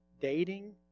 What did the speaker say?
Dating